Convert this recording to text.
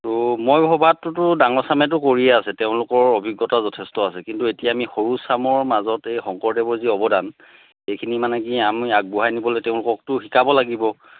তো মই ভবাতটোতো ডাঙৰচামেতো কৰিয়ে আছে তেওঁলোকৰ অভিজ্ঞতা যথেষ্ট আছে কিন্তু এতিয়া আমি সৰুচামৰ মাজত এই শংকৰদেৱৰ যি অৱদান এইখিনি মানে কি আমি আগবঢ়াই নিবলৈ তেওঁলোককতো শিকাব লাগিব